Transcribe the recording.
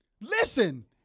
Listen